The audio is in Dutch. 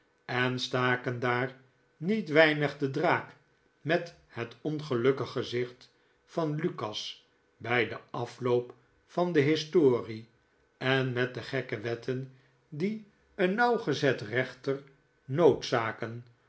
en staken daar niet weinig den draak met het ongelukkig gezicht van lukas bij den afloop van de historie en met de gekke wetten die een nauwgezet rechter